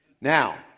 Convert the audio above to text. Now